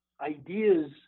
ideas